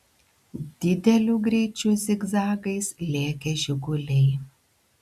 dideliu greičiu zigzagais lėkė žiguliai